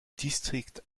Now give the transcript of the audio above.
district